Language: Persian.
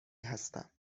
هستم